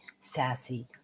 sassy